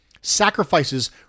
sacrifices